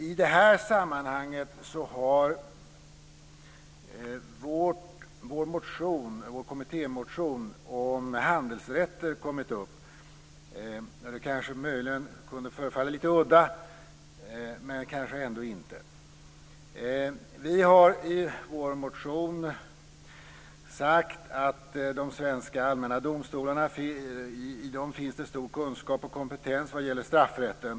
I det här sammanhanget har vår kommittémotion om handelsrätter kommit upp. Det förefaller möjligen lite udda, men det är kanske ändå inte det. Vi har i vår motion sagt att det finns stor kunskap och kompetens vad gäller straffrätten i de svenska allmänna domstolarna.